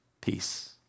peace